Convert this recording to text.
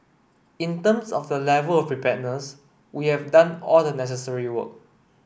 in terms of the level of preparedness we have done all the necessary work